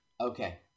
Okay